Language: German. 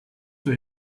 zur